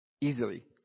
easily